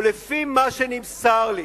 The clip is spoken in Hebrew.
ולפי מה שנמסר לי,